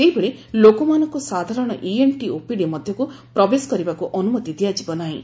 ସେହିଭଳି ଲୋକମାନଙ୍କୁ ସାଧାରଣ ଇଏନ୍ଟି ଓପିଡି ମଧ୍ୟକୁ ପ୍ରବେଶ କରିବାକୁ ଅନୁମତି ଦିଆଯିବ ନାହିଁ